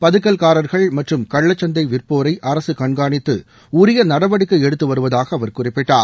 பதுக்கல்காரர்கள் மற்றும் கள்ளச்சந்தை விற்போரை அரசு கண்காணித்து உரிய நடவடிக்கை எடுத்து வருவதாக அவர் குறிப்பிட்டார்